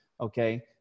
Okay